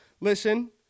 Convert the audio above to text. listen